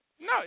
No